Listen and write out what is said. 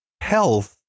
health